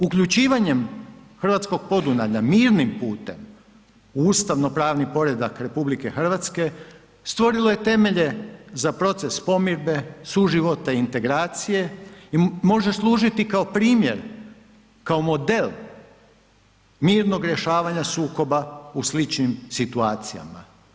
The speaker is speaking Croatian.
Uključivanjem hrvatskog Podunavlja mirnim putem u ustavnopravni poredak RH stvorilo je temelje za proces pomirbe, suživota, integracije i može služiti kao primjer, kao model mirnog rješavanja sukoba u sličnim situacijama.